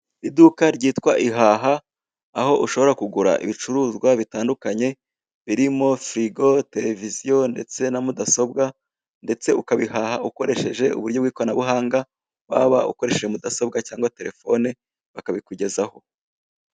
Iduka ryitwa ihaha aho ushobora kugura ibicuruzwa bitandukanye, birimo firigo, televiziyo ndetse na mudasobwa ndetse ukabihaha ukoresheje uburyo bw'ikoranabuhanga, waba ukoresheje mudasobwa cyangwa telefone, bakabikugezaho.